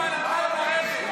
סילמן אמרה לו לרדת.